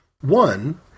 One